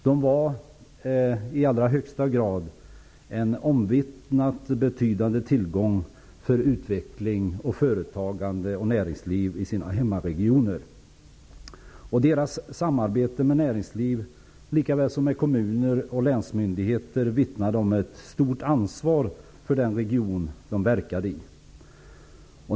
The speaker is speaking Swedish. De var i allra högsta grad en omvittnat betydande tillgång för utveckling, företagande och näringsliv i hemregionerna. Deras samarbete med näringsliv likaväl som med kommuner och länsmyndigheter vittnade om ett stort ansvar för den region som de verkade i.